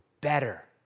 better